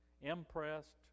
impressed